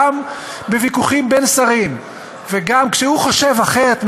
גם בוויכוחים בין שרים וגם כשהוא חושב אחרת מהשר,